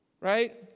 right